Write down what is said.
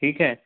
ठीक है